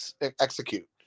execute